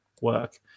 work